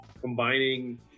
combining